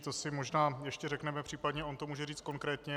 To si možná ještě řekneme, příp. on to může říct konkrétně.